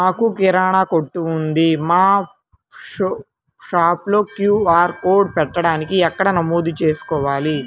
మాకు కిరాణా కొట్టు ఉంది మా షాప్లో క్యూ.ఆర్ కోడ్ పెట్టడానికి ఎక్కడ నమోదు చేసుకోవాలీ?